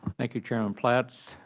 thank you, chairman platts,